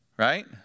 right